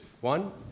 one